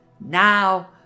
now